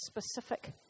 specific